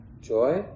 joy